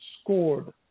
scored